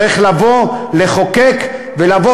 צריך לבוא לחוקק ולבוא,